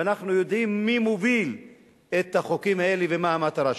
ואנחנו יודעים מי מוביל את החוקים האלה ומה המטרה שלו.